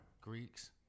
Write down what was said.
Greeks